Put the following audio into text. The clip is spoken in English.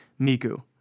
Miku